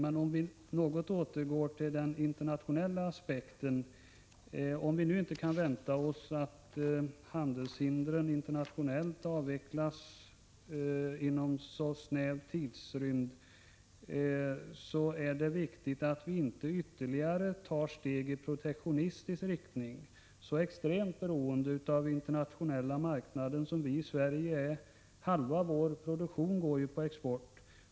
Men för att något återgå till den internationella aspekten vill jag säga att om vi nu inte kan vänta oss att handelshindren internationellt avvecklas inom en snäv tidrymd, så är det viktigt att vi inte tar ytterligare steg i protektionis tisk riktning, så extremt beroende av den internationella marknaden som vi i Sverige är — halva vår produktion går ju på export.